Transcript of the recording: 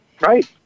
Right